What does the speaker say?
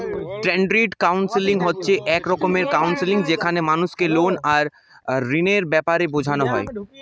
credit counselling হচ্ছে এক রকমের কাউন্সেলিং যেখানে মানুষকে লোন আর ঋণের বেপারে বুঝানা হয়